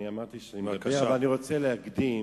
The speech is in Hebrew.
אני אמרתי שאני יודע, ואני רוצה להקדים